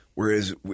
Whereas